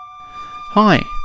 hi